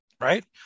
right